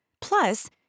plus